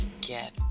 Get